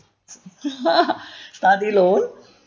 study loan